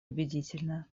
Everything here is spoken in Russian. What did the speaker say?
убедительно